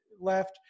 left